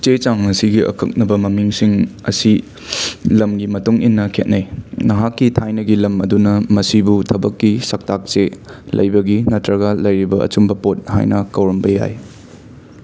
ꯆꯦ ꯆꯥꯡ ꯑꯁꯤꯒꯤ ꯑꯀꯛꯅꯕ ꯃꯃꯤꯡꯁꯤꯡ ꯑꯁꯤ ꯂꯝꯒꯤ ꯃꯇꯨꯡ ꯏꯟꯅ ꯈꯦꯠꯅꯩ ꯅꯍꯥꯛꯀꯤ ꯊꯥꯏꯅꯒꯤ ꯂꯝ ꯑꯗꯨꯅ ꯃꯁꯨꯕꯨ ꯊꯕꯛꯀꯤ ꯁꯛꯇꯥꯛ ꯆꯦ ꯂꯩꯕꯒꯤ ꯅꯠꯇ꯭ꯔꯒ ꯂꯩꯔꯤꯕ ꯑꯆꯨꯝꯕ ꯄꯣꯠ ꯍꯥꯏꯅ ꯀꯧꯔꯝꯕ ꯌꯥꯏ